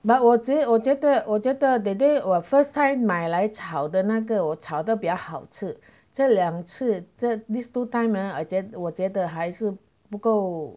but 我 我觉得我觉得 that day 我 first time 买来炒的那个我炒的比较好吃这两次这 these two time ah I 我觉得还是不够